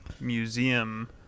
museum